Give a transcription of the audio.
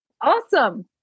Awesome